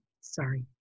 sorry